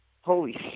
holy